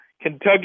Kentucky